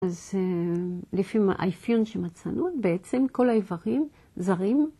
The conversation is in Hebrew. אז לפי האיפיון שמצאנו בעצם כל האיברים זרים.